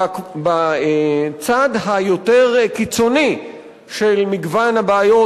בצד היותר קיצוני של מגוון הבעיות